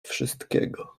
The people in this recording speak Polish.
wszystkiego